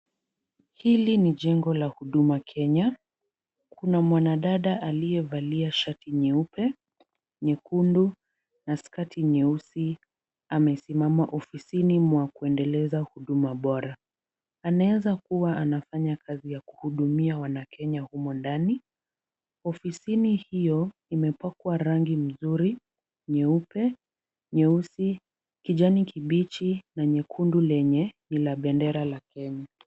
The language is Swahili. Hili ni jengo la huduma Kenya. Kuna mwanadada aliyevalia shati nyeupe, nyekundu na skati nyeusi. Amesimama ofisini mwa kuendeleza huduma bora. Anaeza kuwa anafanya kazi ya kuhudumia wanakenya humo ndani. Ofisini hiyo imepakwa rangi mzuri; nyeupe, nyeusi, kijani kibichi na nyekundu lenye ni la bendera la kenya.